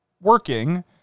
working